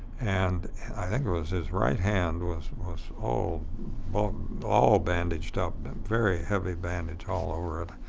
and i think it was his right hand was was all but all bandaged up, very heavy bandages all over it.